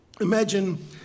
Imagine